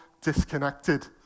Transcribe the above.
disconnected